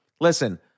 listen